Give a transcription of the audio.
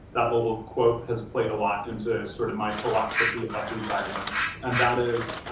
that little quote has played a lot into sort of my philosophy about the environment and that is